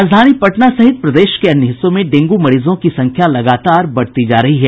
राजधानी पटना सहित प्रदेश के अन्य हिस्सों में डेंगू मरीजों की संख्या लगातार बढ़ती जा रही है